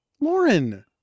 Lauren